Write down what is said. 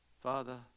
father